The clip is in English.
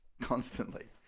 constantly